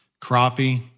crappie